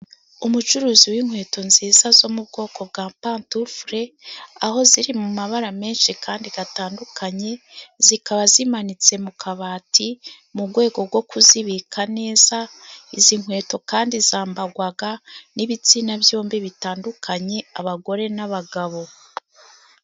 Umucuruzi w'inkweto nziza, zo mu bwoko bwa pantufure aho ziri mu mabara menshi kandi atandukanye, zikaba zimanitse mu kabati mu rwego rwo kuzibika neza, izi nkweto kandi zambarwa n'ibitsina byombi bitandukanye, abagore n'abagabo.